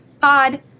pod